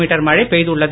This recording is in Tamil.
மீட்டர் மழை பெய்துள்ளது